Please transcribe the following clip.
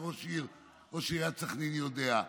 כראש עיריית סח'נין יודע.